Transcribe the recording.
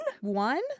one